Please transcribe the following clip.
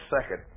second